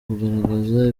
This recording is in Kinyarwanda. kugaragaza